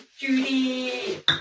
Judy